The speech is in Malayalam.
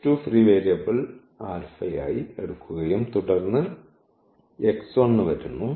x2 ഫ്രീ വേരിയബിൾ ആൽഫയായി എടുക്കുകയും തുടർന്ന് x1 വരുന്നു